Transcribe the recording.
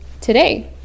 today